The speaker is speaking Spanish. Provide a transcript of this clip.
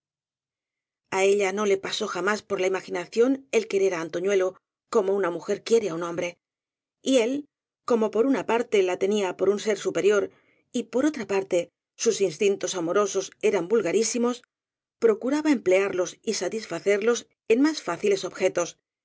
á ella no le pasó jamás por la imaginación el querer á antoñuelo como una mujer quiere á un hombre y él como por una parte la tenía por un ser superior y por otra parte sus instintos amo rosos eran vulgarísimos procuraba emplearlos y satisfacerlos en más fáciles objetos